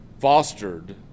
fostered